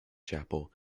chapel